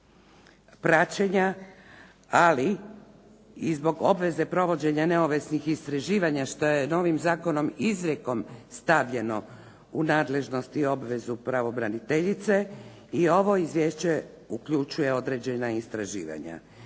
praćenja, ali i zbog obveze provođenja neovisnih istraživana što je novim zakonom izrijekom stavljeno u nadležnosti i obvezu pravobraniteljice i ovo izvješće uključuje određena istraživanja.